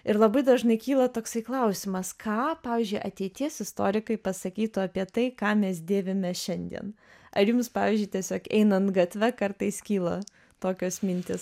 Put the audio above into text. ir labai dažnai kyla toksai klausimas ką pavyzdžiui ateities istorikai pasakytų apie tai ką mes dėvime šiandien ar jums pavyzdžiui tiesiog einant gatve kartais kyla tokios mintys